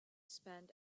spend